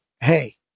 hey